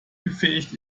befähigt